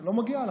לא מגיע לכם.